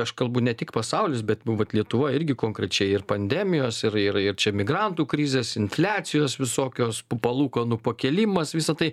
aš kalbu ne tik pasaulis bet vat lietuva irgi konkrečiai ir pandemijos ir ir ir čia migrantų krizės infliacijos visokios palūkanų pakėlimas visa tai